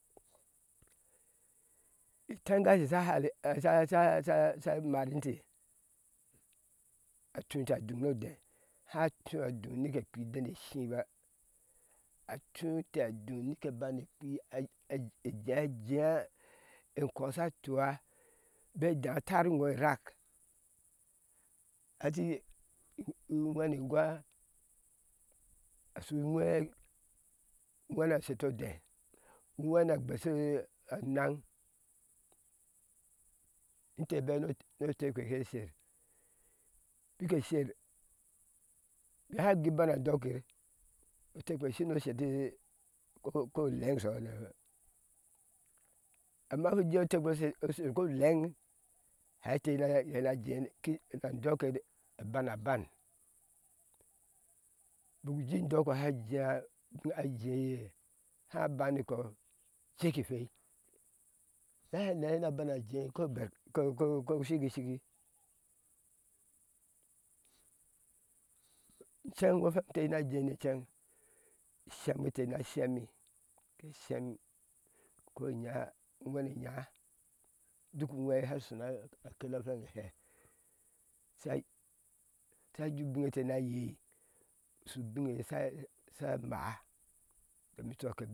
I teŋgashe a sha mar intee atuinte a duŋ no ode haa atua duŋ nike piki ideneshi ba a tuinte aduŋ ni keriea ajea emko sh tura beidha a tar iŋo irak ati uwhere igwa a shu uwhere a sheto odhe uwhenee a gbeshe naŋ intebe ni ni otepe she sher nite sher ke hai gui i ban a dɔkir inte ke shine esheta ko ko leŋ ishot neŋ ba amma shu jea otekpe sho sher ko leŋ ke na jei na dɔkir a ban aban ubik uji indɔko shana a jei ajea haa banikɔ ucek ifwei he eiye shana jei ko ko shiki shiki inceŋ ŋo fwed te shem e inte na shemii ko u whenɛ inya duk uwehe ciye sha shona kele awek fwe asha jea ubin einte shena yei a shu ubin shu line niiye sha maa umaa ajéé enko sha jawi